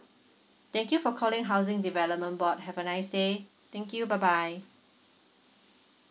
thank you for calling housing development board have a nice day thank you bye bye